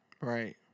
Right